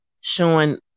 showing